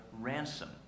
ransom